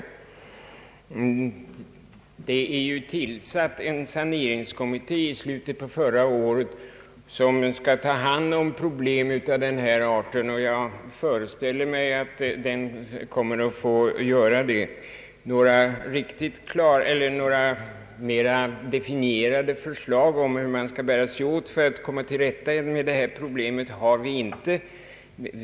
I slutet på förra året tillsattes en planeringskommitté, som skall ta hand om problem av den här arten, och jag föreställer mig att den får ta upp även detta problem. Några mera definierade förslag om hur man skall bära sig åt för att komma till rätta med problemet har vi inte.